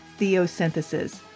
Theosynthesis